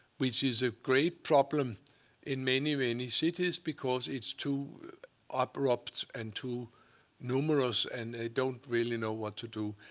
which is a great problem in many, many cities because it's too abrupt and too numerous, and i don't really know what to do.